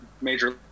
major